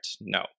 no